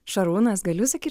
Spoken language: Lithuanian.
šarūnas galiu sakyt